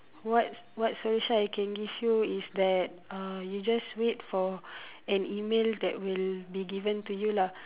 what's what solution I can give you is that uh you just wait for an email that will be given to you lah